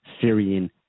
Syrian